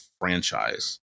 franchise